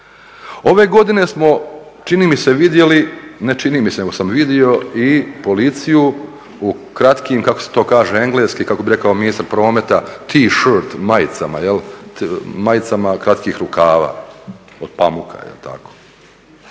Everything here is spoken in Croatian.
Ove godine smo čini mi se vidjeli, ne čini mi se, nego sam vidio i policiju u kratkim, kako se to kaže engleski kako bih rekao ministar prometa T-shirt majicama, majicama kratkih rukava od pamuka